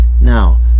now